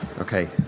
Okay